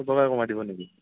কমাই দিব নকি